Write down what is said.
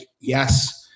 yes